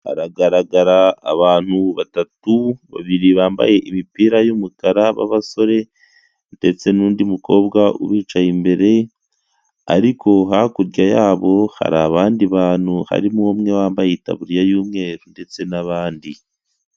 Hagaragara abantu batatu, babiri bambaye imipira y'umukara babasore ndetsetse n'undi mukobwa wicaye imbere, ariko hakurya yabo hari abandi bantu harimo umwe wambaye itaburiya y'umweru ndetse n'abandi.